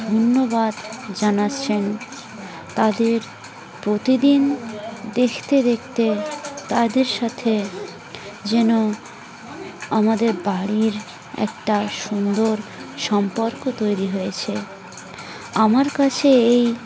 ধন্যবাদ জানাচ্ছেন তাদের প্রতিদিন দেখতে দেখতে তাদের সাথে যেন আমাদের বাড়ির একটা সুন্দর সম্পর্ক তৈরি হয়েছে আমার কাছে এই